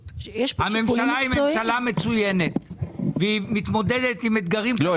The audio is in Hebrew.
הממשלה היא ממשלה מצוינת והיא מתמודדת עם אתגרים --- לא,